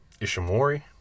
Ishimori